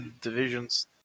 divisions